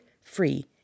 free